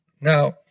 Now